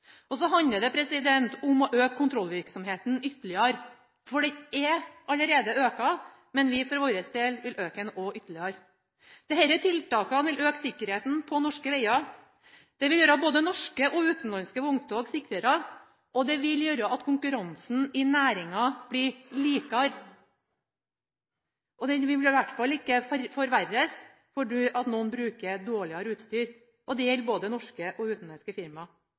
Og så handler det om å øke kontrollvirksomheten ytterligere. For den er allerede økt, men vi vil for vår del øke den ytterligere. Disse tiltakene vil øke sikkerheten på norske veger. Det vil gjøre både norske og utenlandske vogntog sikrere, og det vil gjøre at konkurransen i næringa blir likere, og den vil i hvert fall ikke forverres fordi noen bruker dårligere utstyr. Det gjelder både norske og utenlandske firmaer.